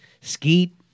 Skeet